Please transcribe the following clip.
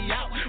out